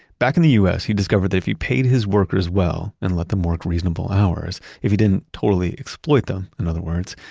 back in the us he discovered that if he paid his workers well and let them work reasonable hours, if he didn't totally exploit them, in other words,